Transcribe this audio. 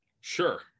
Sure